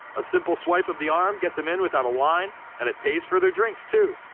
a simple swipe of the arm get them in without a line and it pays for their drinks too.